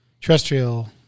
terrestrial